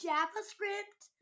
JavaScript